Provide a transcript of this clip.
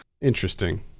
interesting